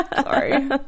Sorry